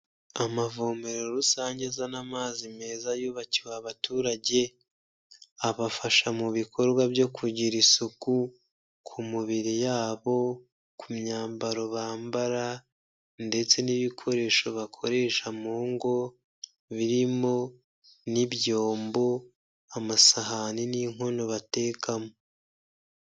Amavomero rusange azana amazi meza yubakiwe abaturage, abafasha mu bikorwa byo kugira isuku ku mibiri yabo, ku myambaro bambara ndetse n'ibikoresho bakoresha mu ngo, birimo n'ibyombo, amasahane n'inkono batekamo.